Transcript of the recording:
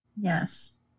Yes